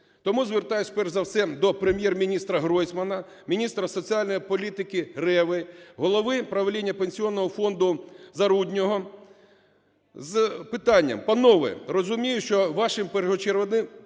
Тому звертаюсь перш за все до Прем'єр-міністра Гройсмана, міністра соціальної політики Реви, голови правління Пенсійного фонду Зарудного з питанням. Панове, розумію, що вашим першочерговим